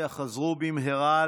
כנסת נכבדה,